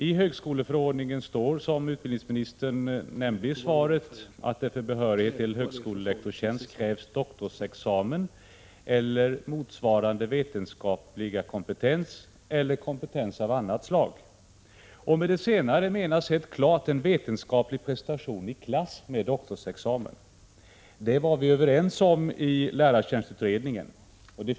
I högskoleförordningen står, som utbildningsministern nämnde i svaret, att det för behörighet till högskolelektorstjänst krävs doktorsexamen eller motsvarande vetenskaplig kompetens eller kompetens av annat slag. Med det senare menas helt klart en vetenskaplig prestation i klass med doktorsex amen. Det var vi överens om i lärartjänstutredningen. Det finns ett naturligt — Prot.